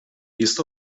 jest